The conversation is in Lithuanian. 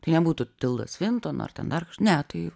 tai nebūtų tilda svinton ar ten dar ne tai